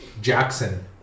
Jackson